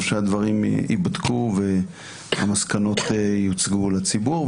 שהדברים ייבדקו והמסקנות יוצגו לציבור.